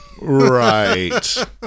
right